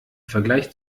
vergleich